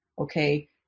okay